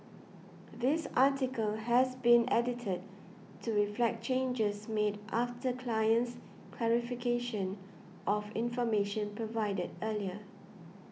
this article has been edited to reflect changes made after client's clarification of information provided earlier